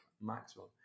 maximum